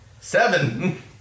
Seven